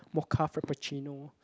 mocha frappe chino